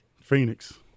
Phoenix